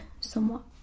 somewhat